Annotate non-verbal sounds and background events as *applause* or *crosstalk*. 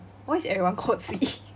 why is everyone called C *laughs*